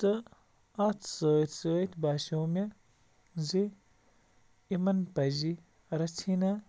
تہٕ اَتھ سۭتۍ سۭتۍ باسٮ۪و مےٚ زِ یِمَن پَزِ رَژھِ ہینا